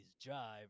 jive